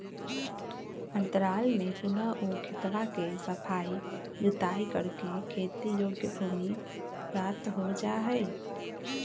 अंतराल में पुनः ऊ खेतवा के सफाई जुताई करके खेती योग्य भूमि प्राप्त हो जाहई